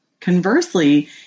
Conversely